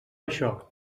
això